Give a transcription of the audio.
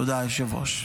תודה, היושב-ראש.